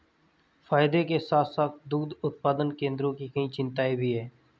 फायदे के साथ साथ दुग्ध उत्पादन केंद्रों की कई चिंताएं भी हैं